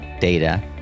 data